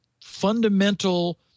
fundamental